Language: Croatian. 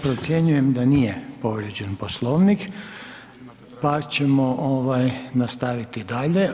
Procjenjujem da nije povrijeđen Poslovnik, pa ćemo nastaviti dalje.